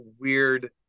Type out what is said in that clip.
weird